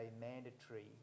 mandatory